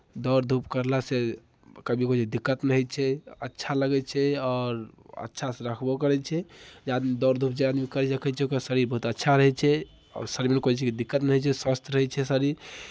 दौड़ धूप करलासँ कभी किछु दिक्कत नहि होइ छै अच्छा लगै छै आओर अच्छासँ राखबो करै छै जे आदमी जे दौड़ धूप करै छै देखै छियै ओकर शरीर बहुत अच्छा रहै छै आओर शरीरमे कोइ चीजके दिक्कत नहि होइ छै स्वस्थ रहै छै शरीर